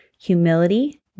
humility